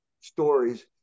stories